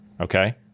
okay